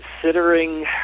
considering